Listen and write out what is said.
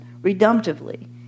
redemptively